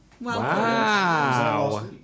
Wow